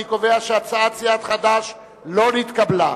אני קובע שהצעת סיעת חד"ש לא התקבלה.